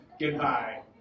Goodbye